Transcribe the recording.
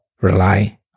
rely